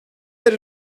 that